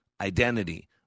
identity